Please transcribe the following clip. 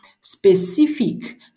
specific